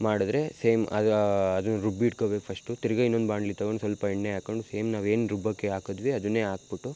ಮಾಡಿದ್ರೆ ಸೇಮ್ ಅದು ಅದನ್ನ ರುಬ್ಬಿಟ್ಕೋಬೇಕು ಫಸ್ಟು ತಿರ್ಗಿ ಇನ್ನೊಂದು ಬಾಂಡಲಿ ತೊಗೊಂಡು ಸ್ವಲ್ಪ ಎಣ್ಣೆ ಹಾಕ್ಕೊಂಡ್ ಸೇಮ್ ನಾವು ಏನು ರುಬ್ಬೋಕ್ಕೆ ಹಾಕುದ್ವಿ ಅದನ್ನೇ ಹಾಕ್ಬುಟ್ಟು